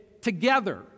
Together